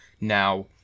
Now